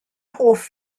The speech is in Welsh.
hoff